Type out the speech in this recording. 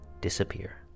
disappear